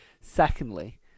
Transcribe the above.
Secondly